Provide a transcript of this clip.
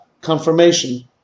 confirmation